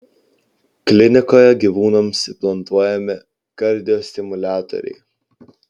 klinikoje gyvūnams implantuojami kardiostimuliatoriai